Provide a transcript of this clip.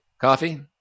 Coffee